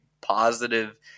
positive